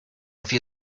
few